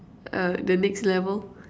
uh the next level